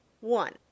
one